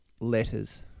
letters